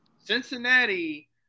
Cincinnati